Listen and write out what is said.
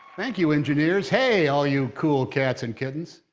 thank you, engineers hey, all you cool cats and kittens.